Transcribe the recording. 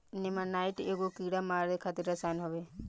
नेमानाइट एगो कीड़ा मारे खातिर रसायन होवे